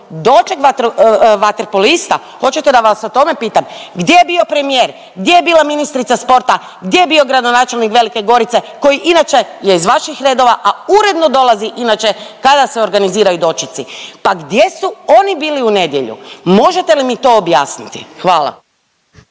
Doček vaterpolista, hoćete da vas o tome pitam, gdje je bio premijer, gdje je bila ministrica sporta, gdje je bio gradonačelnik Velike Gorice koji inače je iz vaših redova, a uredno dolazi inače kada se organiziraju dočeci, pa gdje su oni bili u nedjelju, možete li mi to objasniti? Hvala.